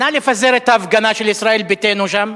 נא לפזר את ההפגנה של ישראל ביתנו שם.